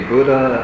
Buddha